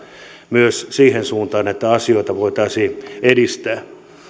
mihin suuntaan näitä asioita myös voitaisiin edistää